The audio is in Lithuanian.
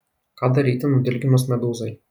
ką daryti nudilginus medūzai